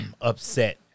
upset